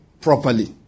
properly